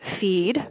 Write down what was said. feed